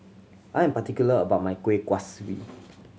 I am particular about my Kueh Kaswi